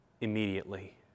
immediately